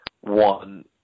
one